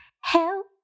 Help